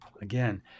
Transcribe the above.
Again